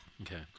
Okay